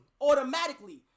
automatically